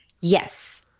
yes